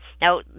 Now